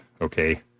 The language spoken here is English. okay